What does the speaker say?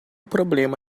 problema